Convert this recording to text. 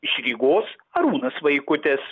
iš rygos arūnas vaikutis